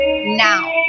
Now